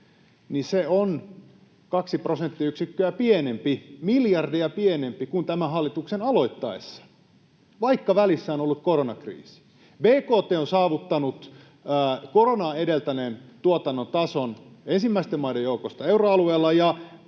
niin se on 2 prosenttiyksikköä pienempi, miljardeja pienempi, kuin tämän hallituksen aloittaessa, vaikka välissä on ollut koronakriisi. Bkt on saavuttanut koronaa edeltäneen tuotannon tason ensimmäisten maiden joukossa euroalueella,